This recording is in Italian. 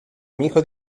amico